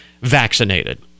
vaccinated